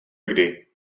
kdy